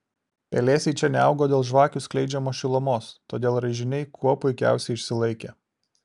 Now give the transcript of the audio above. pelėsiai čia neaugo dėl žvakių skleidžiamos šilumos todėl raižiniai kuo puikiausiai išsilaikė